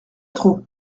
trop